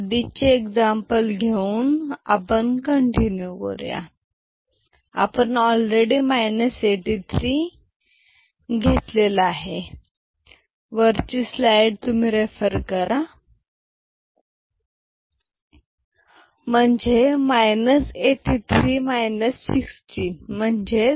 आधीचे एक्झाम्पल घेऊन आपण कंटिन्यू करूया आपण ऑलरेडी 83 घेतलेला आहे म्हणजे 83 16 म्हणजेच